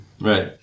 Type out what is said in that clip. right